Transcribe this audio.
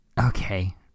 Okay